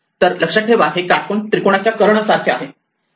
तर लक्षात ठेवा की हे काटकोन त्रिकोणाच्या कर्णसारखे आहे